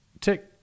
tick